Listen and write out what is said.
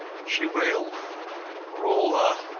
she wailed rolla!